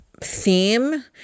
Theme